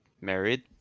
married